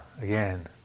again